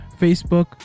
Facebook